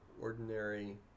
ordinary